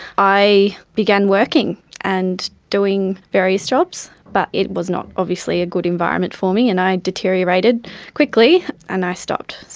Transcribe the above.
i began working and doing various jobs, but it was not obviously a good environment for me and i deteriorated quickly and i stopped.